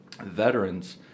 veterans